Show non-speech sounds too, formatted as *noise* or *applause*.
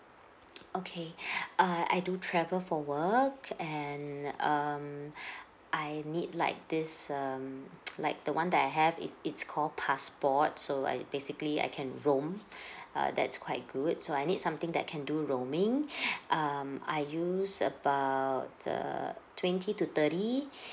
okay *breath* err I do travel for work and um *breath* I need like this um like the one that I have it it's call passport so I basically I can roam *breath* uh that's quite good so I need something that can do roaming um I use about err twenty to thirty